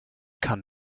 kann